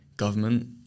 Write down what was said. government